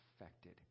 affected